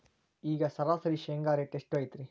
ಈಗ ಸರಾಸರಿ ಶೇಂಗಾ ರೇಟ್ ಎಷ್ಟು ಐತ್ರಿ?